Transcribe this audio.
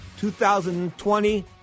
2020